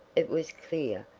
it was clear,